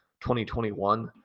2021